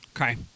Okay